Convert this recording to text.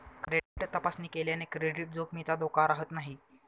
credit तपासणी केल्याने credit जोखमीचा धोका राहत नाही